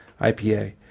IPA